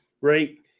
right